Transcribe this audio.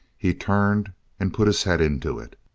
he turned and put his head into it,